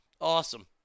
Awesome